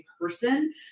person